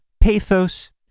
pathos